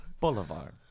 Boulevard